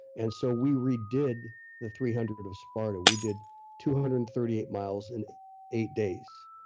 and so, we redid the three hundred of sparta. we did two hundred and thirty eight miles in eight days,